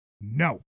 No